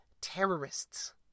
terrorists